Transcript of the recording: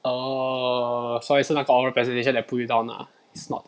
oh 所以是那个 oral presentation that pull you down lah it's not